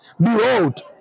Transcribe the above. Behold